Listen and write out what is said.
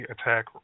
attack